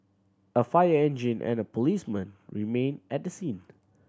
a fire engine and a policeman remained at the scene